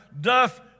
doth